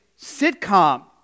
sitcom